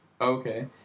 okay